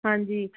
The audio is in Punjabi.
ਹਾਂਜੀ